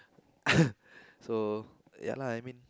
so ya lah I mean